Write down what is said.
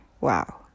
wow